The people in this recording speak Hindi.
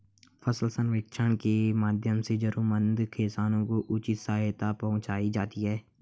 फसल सर्वेक्षण के माध्यम से जरूरतमंद किसानों को उचित सहायता पहुंचायी जाती है